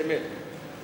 באמת,